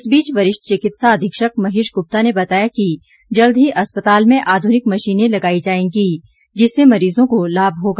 इस बीच वरिष्ठ चिकित्सा अधीक्षक महेश गुप्ता ने बताया कि जल्द ही अस्पताल में आधुनिक मशीनें लगाई जाएंगी जिससे मरीजों को लाभ होगा